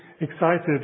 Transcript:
excited